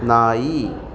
ನಾಯಿ